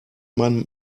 man